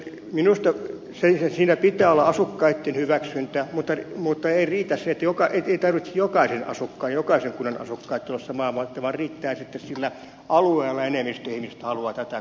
minusta siinä pitää olla asukkaitten hyväksyntä mutta ei tarvitse olla jokaisen kunnan asukkaan hyväksyntä vaan riittää sitten sillä alueella se että enemmistö ihmisistä haluaa tätä kuntarakennetta